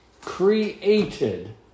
created